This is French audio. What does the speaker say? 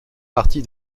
partie